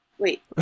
Wait